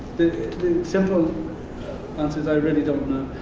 the simple answers, i really don't know.